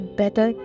better